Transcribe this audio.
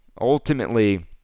ultimately